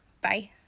Bye